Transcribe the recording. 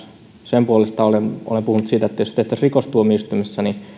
sen vuoksi olen puhunut siitä että jos se tehtäisiin rikostuomioistuimessa niin